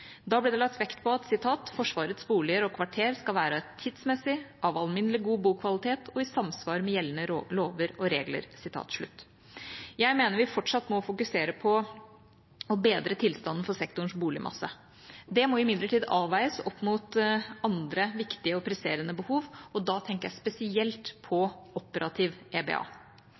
Da ble det lagt vekt på: «Forsvarets boliger og kvarter skal være tidsmessige, av alminnelig god bokvalitet og i samsvar med gjeldende lover og regler.» Jeg mener vi fortsatt må fokusere på å bedre tilstanden for sektorens boligmasse. Det må imidlertid avveies opp mot andre viktige og presserende behov, og da tenker jeg spesielt på operativ EBA.